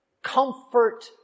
Comfort